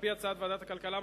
על-פי הצעת ועדת הכלכלה,